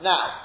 Now